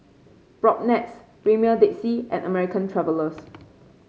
Propnex Premier Dead Sea and American Travellers